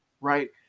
right